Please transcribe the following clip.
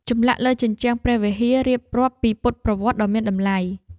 ចម្លាក់លើជញ្ជាំងព្រះវិហារ រៀបរាប់ពីពុទ្ធប្រវត្តិដ៏មានតម្លៃ។